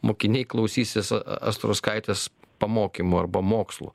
mokiniai klausysis astrauskaitės pamokymų arba mokslų